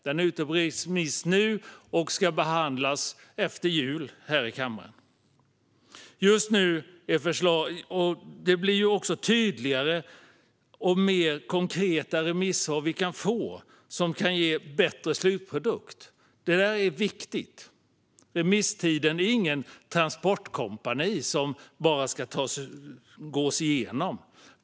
Den är ute på remiss nu, och förslaget ska behandlas efter jul här i kammaren. Med tydligare och mer konkreta remissvar kan vi få en bättre slutprodukt. Det är viktigt. Remisstiden är inte något transportkompani som bara ska gås igenom.